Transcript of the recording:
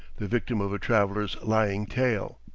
the victim of a traveler's lying tale.